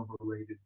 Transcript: overrated